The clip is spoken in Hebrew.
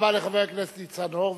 תודה רבה לחבר הכנסת ניצן הורוביץ.